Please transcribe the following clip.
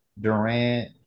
Durant